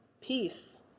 peace